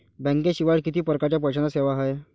बँकेशिवाय किती परकारच्या पैशांच्या सेवा हाय?